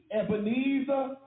Ebenezer